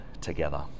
together